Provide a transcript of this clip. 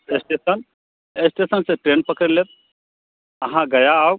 station स्टेशनसँ train पकड़ि लेब अहाँ गया आउ